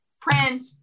print